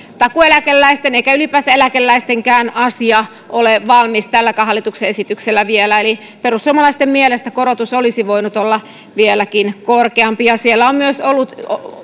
takuueläkeläisten eikä ylipäänsäkään eläkeläisten asia ole vielä valmis tälläkään hallituksen esityksellä perussuomalaisten mielestä korotus olisi voinut olla vieläkin korkeampi ja meillä oli